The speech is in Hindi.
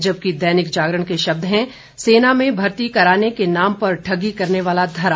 जबकि दैनिक जागरण के शब्द हैं सेना में भर्ती कराने के नाम पर ठगी करने वाला धरा